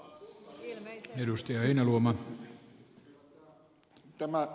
arvoisa puhemies